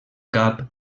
cap